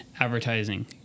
advertising